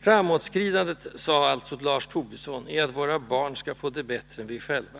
”Framåtskridandet”, sade alltså Lars Tobisson, ”är att våra barn skall få det bättre än vi själva.”